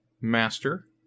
master